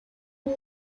监督